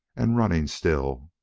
and running still,